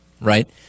right